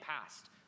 past